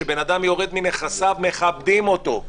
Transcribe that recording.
שבן אדם יורד מנכסיו מכבדים אותו.